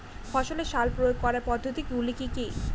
ফসলে সার প্রয়োগ করার পদ্ধতি গুলি কি কী?